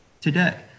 today